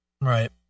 Right